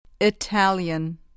Italian